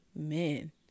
Amen